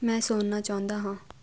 ਮੈਂ ਸੋਣਾ ਚਾਹੁੰਦਾ ਹਾਂ